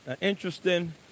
interesting